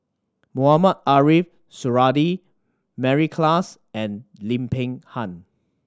Mohamed Ariff Suradi Mary Klass and Lim Peng Han